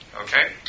Okay